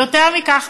יותר מכך,